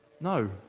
No